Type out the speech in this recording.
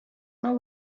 não